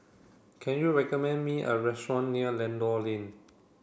can you recommend me a restaurant near Lentor Lane